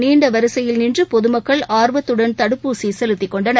நீண்டவரிசையில் நின்றபொதுமக்கள் ஆர்வத்துடன் தடுப்பூசிசெலுத்திக்கொண்டனர்